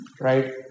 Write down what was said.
Right